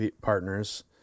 partners